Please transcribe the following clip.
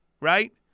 right